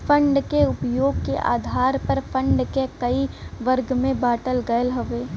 fund क उपयोग क आधार पर फण्ड क कई वर्ग में बाँटल गयल हउवे